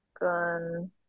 Gun